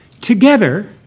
together